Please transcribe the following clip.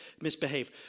misbehave